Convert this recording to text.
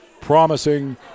promising